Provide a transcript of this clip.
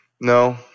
no